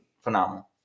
phenomenal